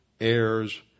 heirs